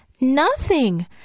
Nothing